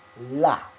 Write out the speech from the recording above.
la